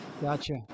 Gotcha